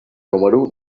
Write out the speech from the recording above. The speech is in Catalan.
número